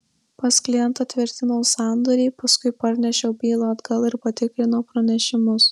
pas klientą tvirtinau sandorį paskui parnešiau bylą atgal ir patikrinau pranešimus